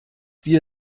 wir